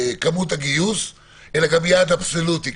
מספרי הגיוס אלא גם יעד אבסולוטי.